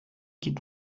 geht